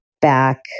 back